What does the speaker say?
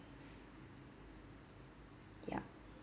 ya